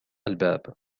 الباب